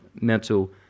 mental